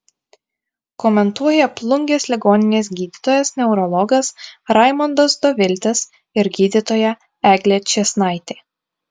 komentuoja plungės ligoninės gydytojas neurologas raimondas doviltis ir gydytoja eglė čėsnaitė